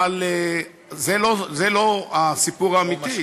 אבל זה לא הסיפור האמיתי.